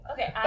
Okay